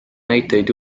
näiteid